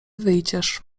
wyjdziesz